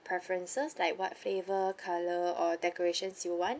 preferences like what flavor colour or decorations you want